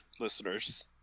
listeners